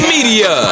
Media